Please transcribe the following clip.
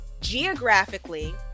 geographically